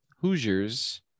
Hoosiers